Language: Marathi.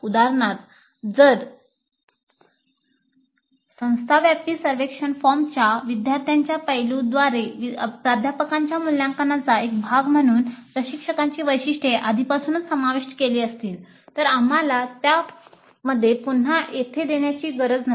उदाहरणार्थ जर संस्था व्यापी सर्वेक्षण फॉर्मच्या विद्यार्थ्यांच्या पैलूद्वारे प्राध्यापकांच्या मूल्यांकनाचा एक भाग म्हणून प्रशिक्षकांची वैशिष्ट्ये आधीपासूनच समाविष्ट केली असतील तर आम्हाला त्या पुन्हा येथे देण्याची गरज नाही